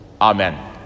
Amen